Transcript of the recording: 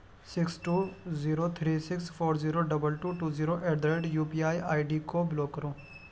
six two zero three six four zero double two two zero at the rate U P I I D کو block کرو